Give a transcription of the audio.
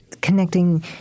connecting